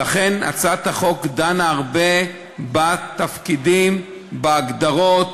לכן, הצעת החוק דנה הרבה בתפקידים, בהגדרות